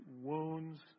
wounds